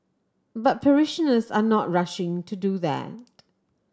but parishioners are not rushing to do that